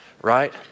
right